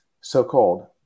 so-called